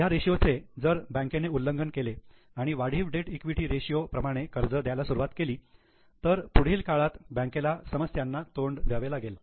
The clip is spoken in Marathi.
ह्या रेषीयोचे जर बँकेने उल्लंघन केले आणि वाढीव डेट इक्विटी रेषीयो प्रमाणे कर्ज द्यायला सुरुवात केली तर पुढील काळात बँकेला समस्यांना तोंड द्यावे लागेल